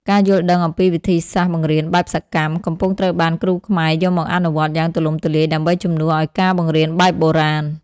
ការយល់ដឹងអំពីវិធីសាស្ត្របង្រៀនបែបសកម្ម កំពុងត្រូវបានគ្រូខ្មែរយកមកអនុវត្តយ៉ាងទូលំទូលាយដើម្បីជំនួសឱ្យការបង្រៀនបែបបុរាណ។